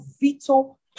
vital